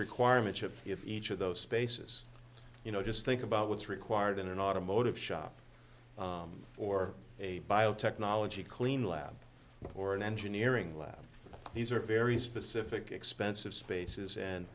requirements of each of those spaces you know just think about what's required in an automotive shop or a biotechnology clean lab or an engineering lab these are very specific expensive spaces and